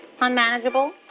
Unmanageable